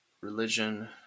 religion